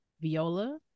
viola